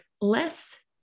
less